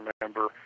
remember